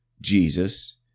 Jesus